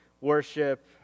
worship